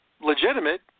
legitimate